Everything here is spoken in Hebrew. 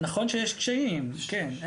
אז נכון שיש קשיים, כן.